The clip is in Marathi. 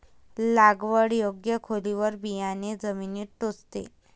लागवड योग्य खोलीवर बियाणे जमिनीत टोचते